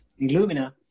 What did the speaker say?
Illumina